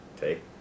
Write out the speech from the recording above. take